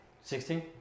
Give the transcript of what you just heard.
Sixteen